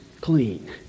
clean